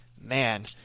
Man